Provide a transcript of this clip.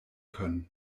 können